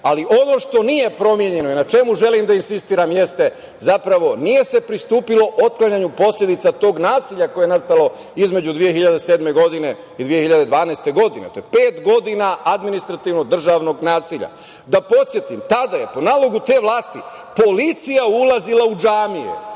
Ali ovo što nije promenjeno i na čemu želim da insistiram jeste – zapravo, nije se pristupilo otklanjanju posledica tog nasilja koje je nastalo između 2007. godine i 2012. godine. To je pet godina administrativnog državnog nasilja. Da podsetim, tada je, po nalogu te vlasti, policija ulazila u džamije,